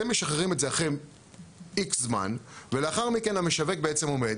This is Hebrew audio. אתם משחררים את זה אחרי X זמן ולאחר מכן המשווק בעצם עומד,